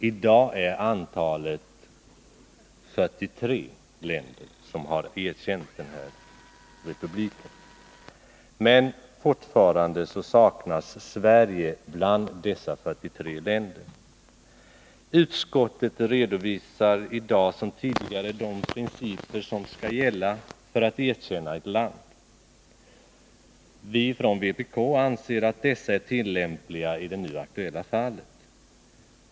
I dag är det 43 länder som har erkänt republiken. Men fortfarande saknas Sverige bland dessa länder. Utskottet redovisar i dag som tidigare de principer som skall gälla för att erkänna ett land. Vi från vpk anser att dessa principer är tillämpliga i det nu aktuella fallet.